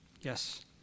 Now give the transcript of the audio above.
Yes